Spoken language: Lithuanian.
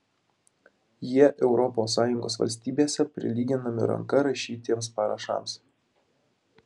jie europos sąjungos valstybėse prilyginami ranka rašytiems parašams